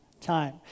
time